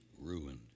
ruined